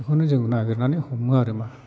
बेखौनो जोङो नागिरनानै हमो आरोमा